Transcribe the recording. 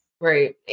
Right